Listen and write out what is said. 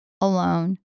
alone